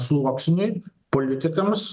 sluoksniui politikams